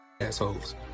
Assholes